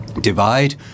divide